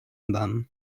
them